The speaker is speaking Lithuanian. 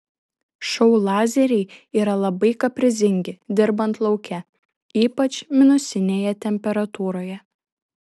šou lazeriai yra labai kaprizingi dirbant lauke ypač minusinėje temperatūroje